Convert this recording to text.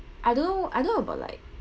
I don't know I don't know about like